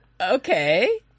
Okay